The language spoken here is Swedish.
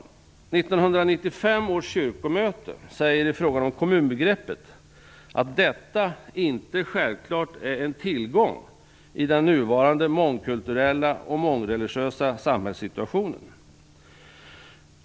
1995 års kyrkomöte säger i frågan om kommunbegreppet att detta inte självklart är en tillgång i den nuvarande mångkulturella och mångreligiösa samhällssituationen.